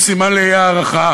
שהוא סימן לאי-הערכה,